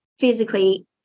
physically